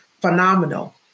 phenomenal